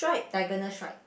diagonal stripe